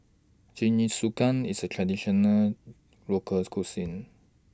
Jingisukan IS A Traditional Local Cuisine